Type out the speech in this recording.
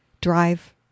drive